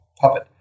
puppet